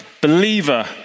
Believer